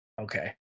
Okay